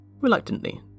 Reluctantly